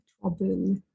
trouble